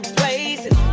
places